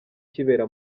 kibera